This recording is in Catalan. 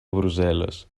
brussel·les